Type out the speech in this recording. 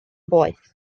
boeth